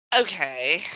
Okay